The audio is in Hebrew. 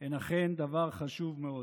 הן אכן דבר חשוב מאוד.